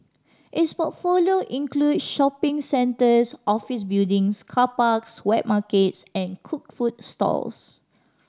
its portfolio include shopping centres office buildings car parks wet markets and cooked food stalls